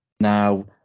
now